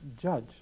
judge